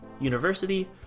University